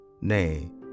Nay